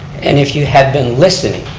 and if you had been listening,